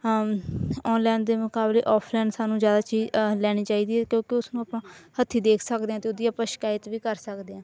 online ਦੇ ਮੁਕਾਬਲੇ offline ਸਾਨੂੰ ਜ਼ਿਆਦਾ ਚੀਜ਼ ਅ ਲੈਣੀ ਚਾਹੀਦੀ ਹੈ ਕਿਉਂਕਿ ਉਸ ਨੂੰ ਆਪਾਂ ਹੱਥੀਂ ਦੇਖ ਸਕਦੇ ਹਾਂ ਅਤੇ ਉਹਦੀ ਆਪਾਂ ਸ਼ਿਕਾਇਤ ਵੀ ਕਰ ਸਕਦੇ ਹਾਂ